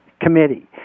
committee